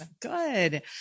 Good